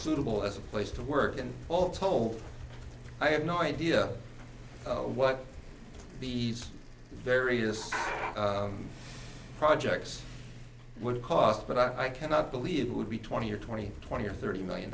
suitable as a place to work and all told i have no idea what these various projects would cost but i cannot believe it would be twenty or twenty twenty or thirty million